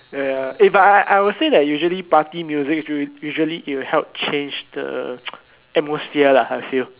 ya ya ya but I I would say that usually party music usually it will help change the atmosphere lah I feel